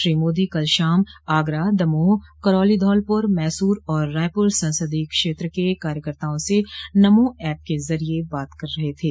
श्री मोदी कल शाम आगरा दमोह करौली धौलपुर मैसूर और रायपुर संसदीय क्षेत्र के कार्यकर्ताओं से नमो ऐप के जरिए बातचीत कर रहे थे